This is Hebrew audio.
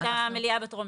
הייתה מליאה בטרומית.